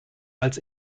als